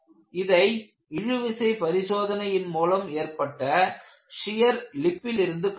இதை இழுவிசை பரிசோதனையின் மூலம் ஏற்பட்ட ஷியர் லிப்பிலிருந்து கண்டோம்